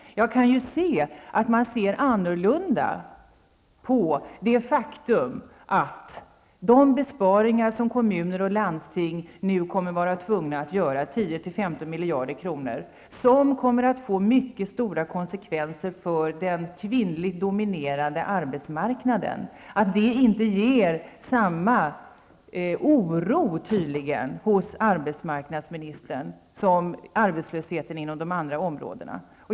Jag kan konstatera att det faktum att de besparingar som kommuner och landsting nu kommer att vara tvungna att göra -- mellan 10 och 15 miljarder kronor -- kommer att få mycket stora konsekvenser för den kvinnligt dominerade arbetsmarknaden, tydligen inte hos arbetsmarknadsministern ger upphov till lika mycket oro som arbetslösheten inom de andra områdena.